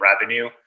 revenue